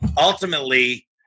Ultimately